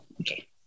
okay